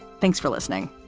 thanks for listening.